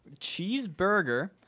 cheeseburger